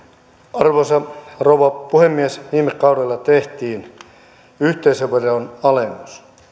arvoisa rouva puhemies viime kaudella tehtiin yhteisöveron alennus